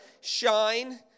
shine